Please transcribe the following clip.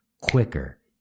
quicker